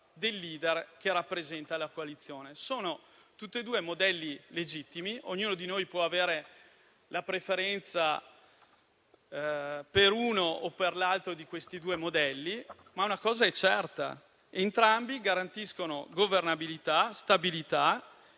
del *leader* che rappresenta la coalizione. Sono tutti e due modelli legittimi e ognuno di noi può avere la preferenza per uno o l'altro di questi modelli. Una cosa è certa: entrambi garantiscono governabilità, stabilità